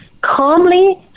calmly